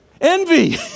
Envy